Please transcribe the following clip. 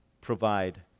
provide